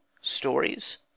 Stories